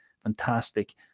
fantastic